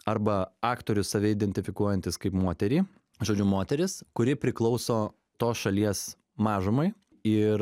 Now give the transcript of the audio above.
arba aktorius save identifikuojantis kaip moterį žodžiu moteris kuri priklauso tos šalies mažumai ir